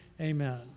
Amen